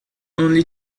only